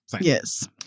Yes